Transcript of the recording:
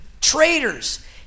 traitors